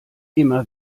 immer